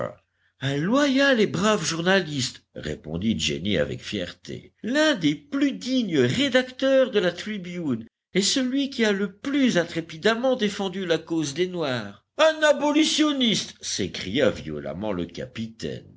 loyal et brave journaliste répondit jenny avec fierté l'un des plus dignes rédacteurs de la tribune et celui qui a le plus intrépidement défendu la cause des noirs un abolitionniste s'écria violemment le capitaine